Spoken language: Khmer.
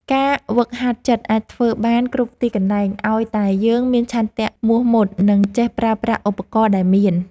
ការហ្វឹកហាត់ចិត្តអាចធ្វើបានគ្រប់ទីកន្លែងឱ្យតែយើងមានឆន្ទៈមោះមុត និង ចេះប្រើប្រាស់ឧបករណ៍ដែលមាន។